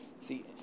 See